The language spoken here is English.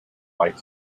light